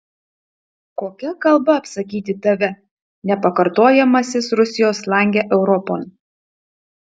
kokia kalba apsakyti tave nepakartojamasis rusijos lange europon